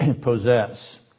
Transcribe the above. possess